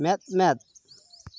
ᱢᱮᱸᱫᱼᱢᱮᱸᱫ